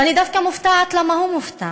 ואני דווקא מופתעת מכך שהוא מופתע